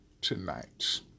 tonight